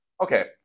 okay